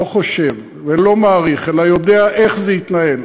לא חושב ולא מעריך אלא יודע איך זה התנהל,